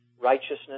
righteousness